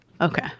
Okay